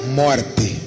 morte